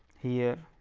here